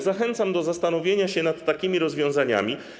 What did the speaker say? Zachęcam do zastanowienia się nad takimi rozwiązaniami.